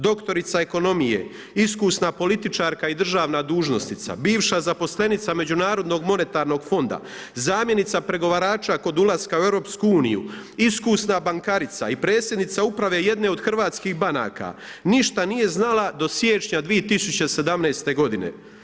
Doktorica ekonomije, iskusna političarka i državna dužnosnica, bivša zaposlenica Međunarodnog monetarnog fonda, zamjenica pregovarača kod ulaska u EU, iskusna bankarica i predsjednica uprave jedne od hrvatskih banaka ništa nije znala do siječnja 2017. godine.